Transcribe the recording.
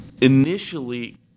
Initially